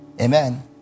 amen